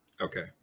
Okay